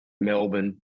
Melbourne